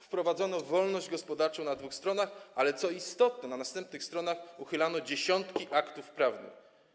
Wprowadzono wolność gospodarczą za pomocą dwóch stron, ale co istotne, na następnych stronach uchylano dziesiątki aktów prawnych.